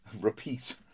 repeat